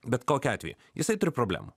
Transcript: bet kokiu atveju jisai turi problemų